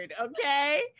okay